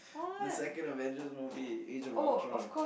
the second Avengers movie Age-of-Ultron